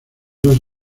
dos